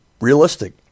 realistic